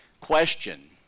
question